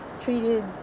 treated